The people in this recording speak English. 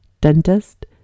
dentist